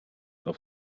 auf